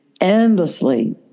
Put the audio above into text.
endlessly